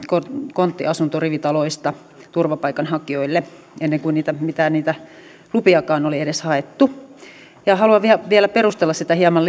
konttiasuntorivitaloista turvapaikanhakijoille ennen kuin mitään niitä lupiakaan oli edes haettu ja haluan vielä perustella sitä hieman